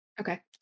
Okay